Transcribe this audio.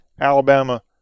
Alabama